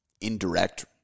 indirect